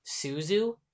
Suzu